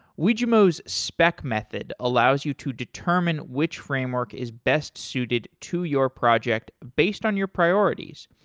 wijmo's spec method allows you to determine which framework is best suited to your project based on your priorities.